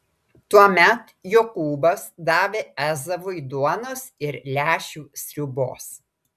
tuomet jokūbas davė ezavui duonos ir lęšių sriubos